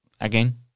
again